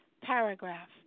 paragraph